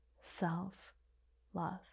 self-love